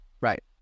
Right